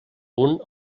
punt